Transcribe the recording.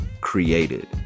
created